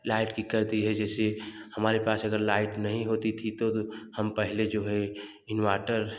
light की करती है जैसे हमारे पास अगर लाइट न ही होती थी तो हम पहले जो है इन्वाटर